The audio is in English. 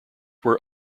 were